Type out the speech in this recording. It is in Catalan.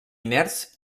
inerts